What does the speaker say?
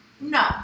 No